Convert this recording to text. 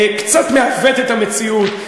קצת מעוות את המציאות,